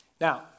Now